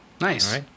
Nice